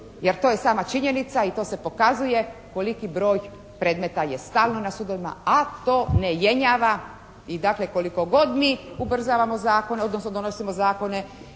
jer to je sama činjenica i to se pokazuje koliko broj predmeta je stalno na sudovima, a to ne jenjava. I dakle koliko god mi ubrzavamo zakone, odnosno donosimo zakone